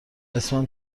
اسمم